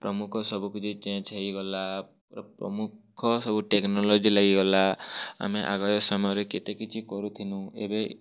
ପ୍ରମୁଖ ସବୁ କିଛି ଚେଞ୍ଜ ହେଇଗଲା ପ୍ରମୁଖ ସବୁ ଟେକ୍ନୋଲୋଜି ଲାଗିଗଲା ଆମେ ଆଗ ସମୟରେ କେତେ କିଛି କରୁଥିନୁ ଏବେ